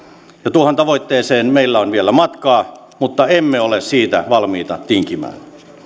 tuohon tavoitteeseen meillä on vielä matkaa mutta emme ole siitä ole valmiita tinkimään